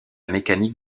mécanique